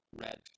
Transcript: red